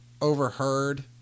overheard